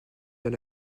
dans